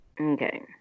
Okay